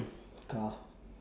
car